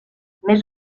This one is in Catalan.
més